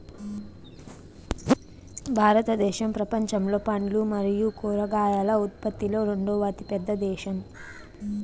భారతదేశం ప్రపంచంలో పండ్లు మరియు కూరగాయల ఉత్పత్తిలో రెండవ అతిపెద్ద దేశం